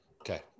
Okay